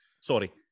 sorry